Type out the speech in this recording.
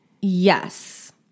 Yes